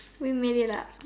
we made it up